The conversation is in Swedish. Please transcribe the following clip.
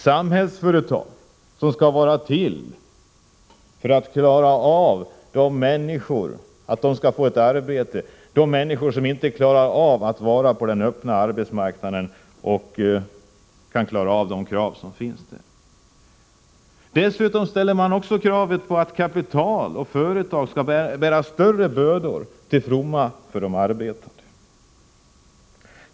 Samhällsföretags uppgift är ju att se till att de människor som inte klarar av den öppna arbetsmarknadens krav får ett arbete som de klarar. Dessutom ställer man också kravet att kapital och företag skall bära större bördor till fromma för de arbetande.